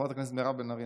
חברת הכנסת מירב בן ארי,